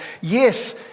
yes